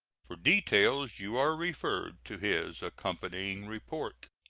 for details you are referred to his accompanying report.